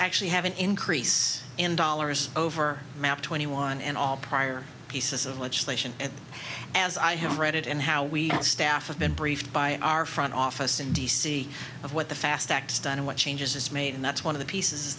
actually have an increase in dollars over twenty one and all prior pieces of legislation and as i have read it and how we staff have been briefed by our front office in d c of what the fast acts done and what changes is made and that's one of the pieces